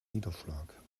niederschlag